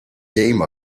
game